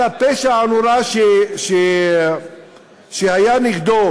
על הפשע הנורא שהיה נגדו